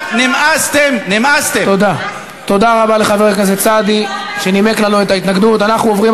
מזאת, אדוני היושב-ראש, יש סעיף מפורש